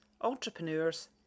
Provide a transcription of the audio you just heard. entrepreneurs